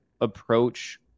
approach